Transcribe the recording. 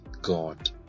god